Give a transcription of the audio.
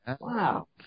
Wow